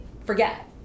forget